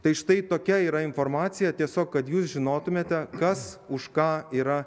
tai štai tokia yra informacija tiesiog kad jūs žinotumėte kas už ką yra